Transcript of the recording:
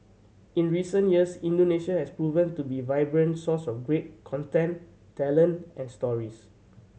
in recent years Indonesia has proven to be vibrant source of great content talent and stories